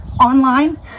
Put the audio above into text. online